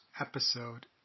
episode